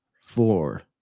four